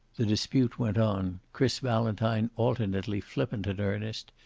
the dispute went on, chris valentine alternately flippant and earnest,